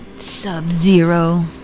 Sub-Zero